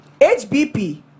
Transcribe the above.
HBP